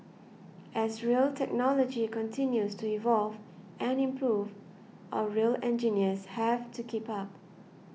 as rail technology continues to evolve and improve our rail engineers have to keep up